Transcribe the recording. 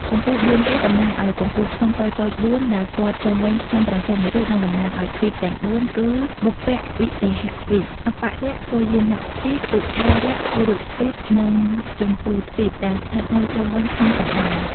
កំពូលបួនទៀត តំណាងឱ្យកំពូលភ្នំតូចៗបួន ដែលព័ទ្ធជុំវិញភ្នំព្រះសុមេរុ និងតំណាងឱ្យទ្វីបទាំងបួនគឺ បុព្វវិទេហៈទ្វីប អបរគោយានៈទ្វីប ឧត្តរកុរុទ្វីប និងជម្ពូទ្វីប ដែលស្ថិតនៅជុំវិញភ្នំកណ្តាល។